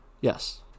Yes